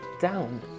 down